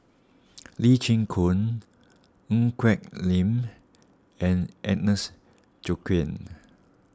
Lee Chin Koon Ng Quee Lam and Agnes Joaquim